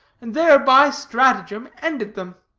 and there, by stratagem, ended them.